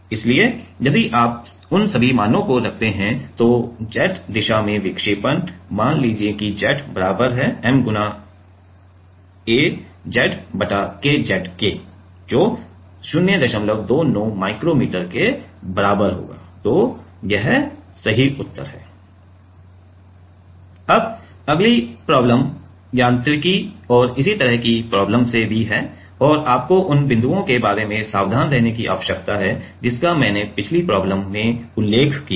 इसलिए यदि आप उन सभी मानों को रखते हैं तो Z में विक्षेपण मान लें कि Z बराबर m गुणा az बटा Kz के जो 029 माइक्रो मीटर के बराबर होगा तो यह सही उत्तर है अब अगली प्रॉब्लम यांत्रिकी और इसी तरह की प्रॉब्लम से भी है और आपको उन बिंदुओं के बारे में सावधान रहने की आवश्यकता है जिनका मैंने पिछली प्रॉब्लम में उल्लेख किया था